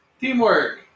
Teamwork